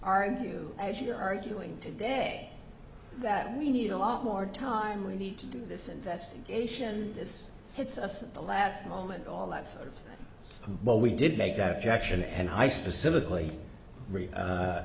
argue as you're arguing today that we need a lot more time we need to do this investigation this hits us in the last moment all that sort of what we did make that objection and i specifically